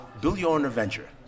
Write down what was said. build-your-own-adventure